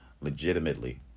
legitimately